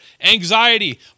anxiety